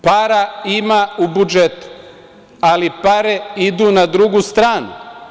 Para ima u budžetu, ali pare idu na drugu stranu.